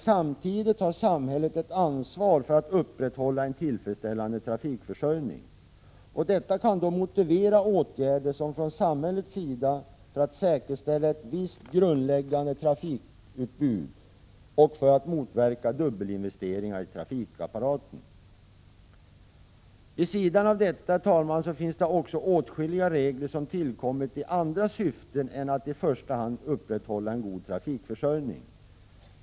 Samtidigt har samhället emellertid ansvar för att upprätthålla tillfredsställande trafikför sörjning. Detta kan då motivera åtgärder från samhällets sida för att säkerställa ett visst grundläggande trafikutbud och för att motverka dubbelinvesteringar i trafikapparaten. Vid sidan av detta, herr talman, finns också åtskilliga regler som tillkommit i andra syften än att i första hand upprätthålla en god trafikförsörjning.